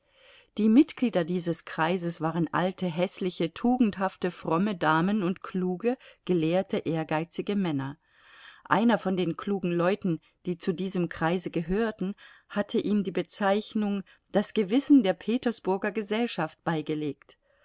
die mitglieder dieses kreises waren alte häßliche tugendhafte fromme damen und kluge gelehrte ehrgeizige männer einer von den klugen leuten die zu diesem kreise gehörten hatte ihm die bezeichnung das gewissen der petersburger gesellschaft beigelegt